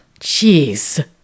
Jeez